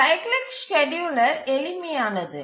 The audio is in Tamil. சைக்கிளிக் ஸ்கேட்யூலர் எளிமையானது